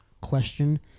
question